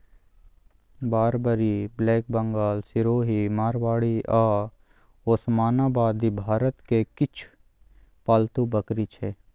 Barbari, black Bengal, Sirohi, Marwari आ ओसमानाबादी भारतक किछ पालतु बकरी छै